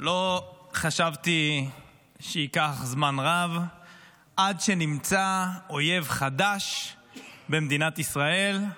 לא חשבתי שייקח זמן רב עד שנמצא אויב חדש במדינת ישראל,